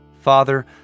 Father